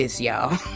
y'all